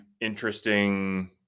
interesting